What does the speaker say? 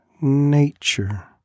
nature